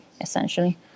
essentially